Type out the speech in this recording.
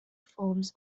forms